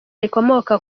rikomoka